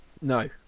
no